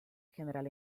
general